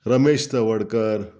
Ramesh Tawadkar